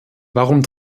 warum